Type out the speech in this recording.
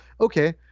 Okay